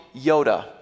Yoda